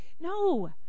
No